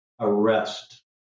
arrest